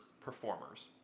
performers